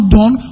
done